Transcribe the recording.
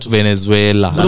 Venezuela